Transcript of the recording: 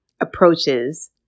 approaches